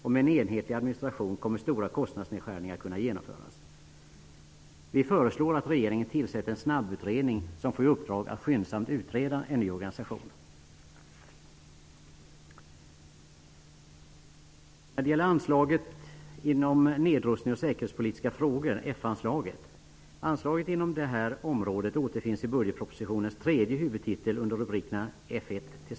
Med en enhetlig administration kommer stora kostnadsnedskärningar att kunna göras. Vi föreslår att regeringen tillsätter en snabbutredning som får i uppdrag att skyndsamt utreda en ny organisation. Anslag inom det nedrustnings och säkerhetspolitiska området återfinns i budgetpropositionens tredje huvudtitel under rubrikerna F 1--6.